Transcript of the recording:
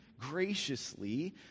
graciously